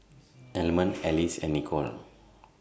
Almond Alice and Nichol